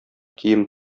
кием